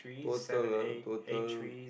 total ah total